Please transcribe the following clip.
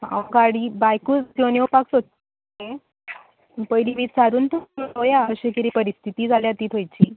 हांव गाडी बायकूज घ्योवन यवपाक सोदतालें पयली विचारून पळोवयां कशें किदें परिस्थिती जाल्या ती थंयची